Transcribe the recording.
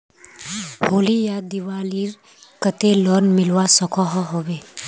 होली या दिवालीर केते लोन मिलवा सकोहो होबे?